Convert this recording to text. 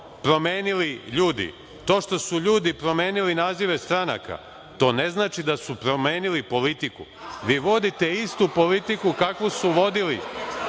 promenili ljudi, to što su ljudi promenili nazive stranaka, to ne znači da su promenili politiku. Vi vodite istu politiku kakvu su vodili